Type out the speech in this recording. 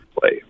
play